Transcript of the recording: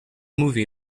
movie